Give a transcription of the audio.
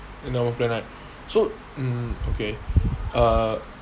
endowment plan right so um okay uh